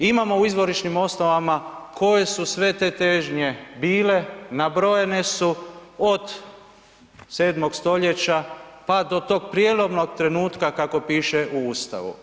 Imamo u izvorišnim osnovama koje su sve te težnje bile, nabrojane su od 7. stoljeća pa do tog prijelomnog trenutka kako piše u Ustavu.